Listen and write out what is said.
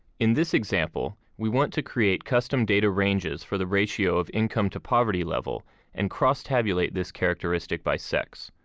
in this example, we want to create custom data ranges for the ratio of income to poverty level and cross tabulate this characteristic by sex.